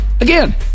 again